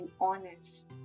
honest